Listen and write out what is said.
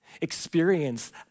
Experience